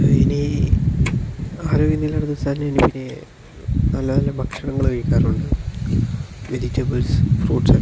ഇനീ എനിക്ക് നല്ല നല്ല ഭക്ഷണങ്ങള് കഴിക്കാറുണ്ട് വെജിറ്റബിൾസ് ഫ്രൂട്സൊക്കെ